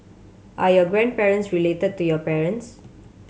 are your grandparents related to your parents